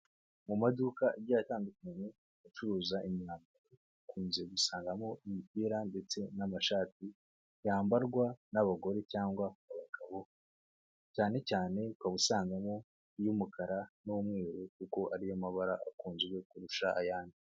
Mu maduka agiye atandukanye acuruza imyambaro ukunze gusangamo imipira ndetse n'amashati yambarwa n'abagore cyangwa abagabo, cyane cyane ukaba usangamo iy'umukara n'umweru kuko ariyo mabara akunzwe kurusha ayandi.